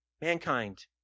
Mankind